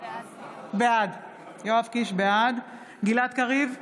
בעד גלעד קריב,